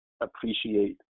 appreciate